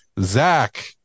Zach